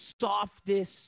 softest